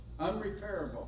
Unrepairable